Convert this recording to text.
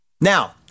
Now